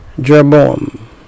Jeroboam